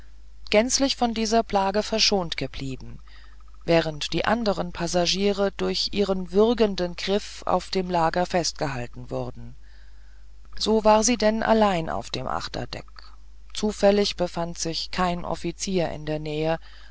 gänzlich von dieser plage verschont geblieben während die anderen passagiere durch ihren würgenden griff auf dem lager festgehalten wurden so war sie denn allein auf dem achterdeck zufällig befand sich kein offizier in der nähe